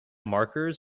markers